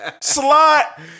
slot